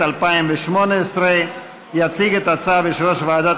התשע"ח 2018. יציג את ההצעה יושב-ראש ועדת